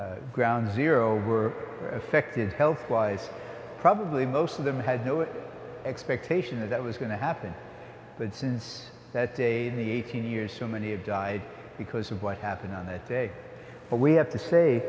the ground zero were affected health wise probably most of them had no expectation that that was going to happen but since that day in the eighteen years so many have died because of what happened on that day but we have to say